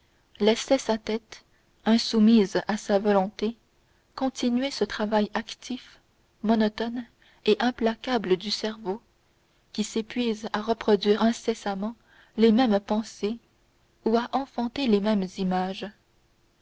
laissait sa tête insoumise à sa volonté continuer ce travail actif monotone et implacable du cerveau qui s'épuise à reproduire incessamment les mêmes pensées ou à enfanter les mêmes images